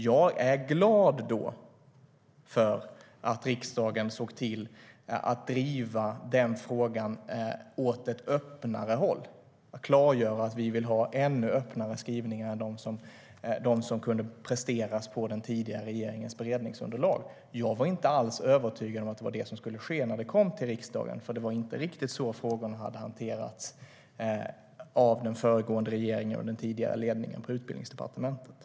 Jag är därför glad över att riksdagen såg till att driva den frågan mera öppet, att vi klargjorde att vi ville ha ännu öppnare skrivningar än dem som ingick i den tidigare regeringens beredningsunderlag. Jag var inte alls övertygad om att så skulle ske när ärendet kom till riksdagen. Det var inte riktigt så som frågan hade hanterats av den föregående regeringen och den tidigare ledningen på Utbildningsdepartementet.